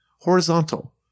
horizontal